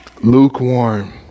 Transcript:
Lukewarm